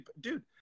Dude